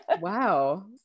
Wow